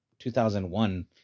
2001